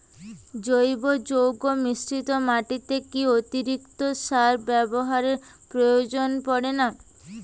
জৈব যৌগ মিশ্রিত মাটিতে কি অতিরিক্ত সার ব্যবহারের প্রয়োজন পড়ে না?